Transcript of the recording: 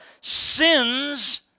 sins